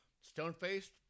stone-faced